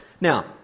Now